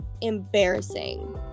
embarrassing